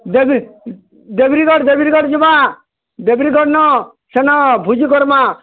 ଡ଼େବୀରଗଡ଼୍ ଡ଼େବୀରଗଡ଼୍ ଯିବା ଡ଼େବୀରଗଡ଼ନ ସେନ ଭୋଜି କର୍ମାଁ